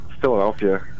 Philadelphia